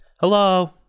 Hello